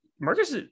Marcus